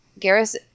Garrus